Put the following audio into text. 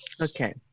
okay